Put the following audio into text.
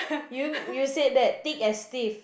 you you said that thick as thieves